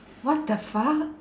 what the fuck